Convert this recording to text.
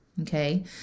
Okay